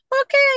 okay